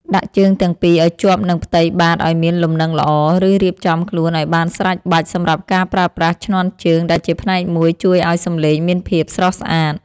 ដាក់ជើងទាំងពីរឱ្យជាប់នឹងផ្ទៃបាតឱ្យមានលំនឹងល្អ ឬរៀបចំខ្លួនឱ្យបានស្រេចបាច់សម្រាប់ការប្រើប្រាស់ឈ្នាន់ជើងដែលជាផ្នែកមួយជួយឱ្យសម្លេងមានភាពស្រស់ស្អាត។